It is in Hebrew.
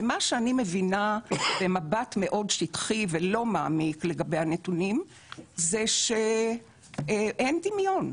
ומה שאני מבינה במבט מאוד שטחי ולא מעמיק לגבי הנתונים זה שאין דמיון.